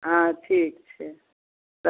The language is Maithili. हॅं ठीक छै